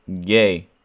gay